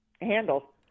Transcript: handle